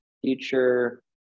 Future